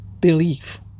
Belief